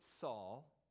Saul